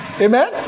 Amen